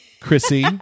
Chrissy